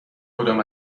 کدام